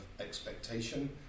expectation